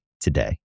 today